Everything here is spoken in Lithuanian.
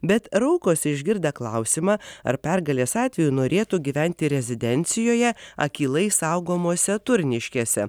bet raukosi išgirdę klausimą ar pergalės atveju norėtų gyventi rezidencijoje akylai saugomose turniškėse